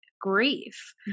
grief